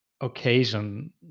occasion